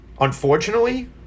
Unfortunately